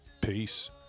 peace